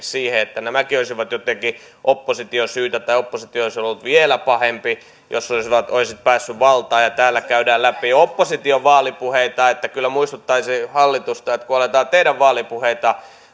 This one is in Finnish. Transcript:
siihen että nämäkin olisivat jotenkin opposition syytä tai oppositio olisi ollut vielä pahempi jos olisi päässyt valtaan ja täällä käydään läpi opposition vaalipuheita kyllä muistuttaisin hallitusta että kun aletaan teidän vaalipuheitanne